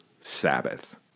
Sabbath